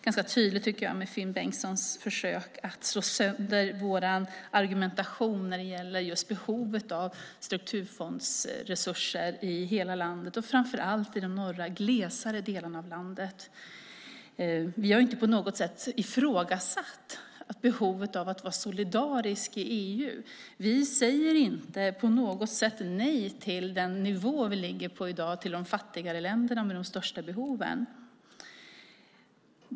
Finn Bengtssons försök att slå sönder vår argumentation om behovet av strukturfondsresurser i hela landet, och framför allt i de norra, glesare delarna, framgår ganska tydligt. Vi har inte på något sätt ifrågasatt behovet av att vara solidarisk i EU. Vi säger inte nej till den nivå vi ligger på i dag när det gäller de fattigare länderna med de största behoven.